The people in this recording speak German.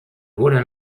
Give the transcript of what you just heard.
wurde